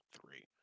three